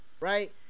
Right